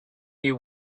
you